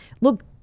Look